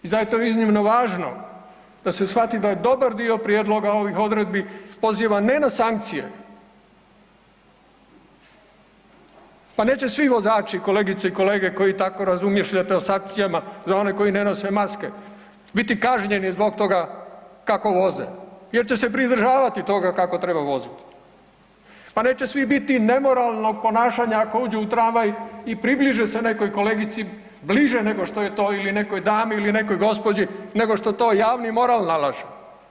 I sada je to iznimno važno da se shvati da je dobar dio prijedloga ovih odredbi poziva ne na sankcije, pa neće svi vozači kolegice i kolege koji tako razmišljate o sankcijama za one koji ne nose maske biti kažnjeni zbog toga kako voze jer će se pridržavati toga kako treba voziti, pa neće svi biti nemoralnog ponašanja ako uđe u tramvaj i približe se nekoj kolegice bliže nego što je to ili nekoj dami ili nekoj gospođi nego što to javni moral nalaže.